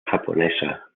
japonesa